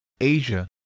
Asia